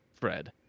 Fred